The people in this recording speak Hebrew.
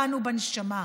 בנו בנשמה,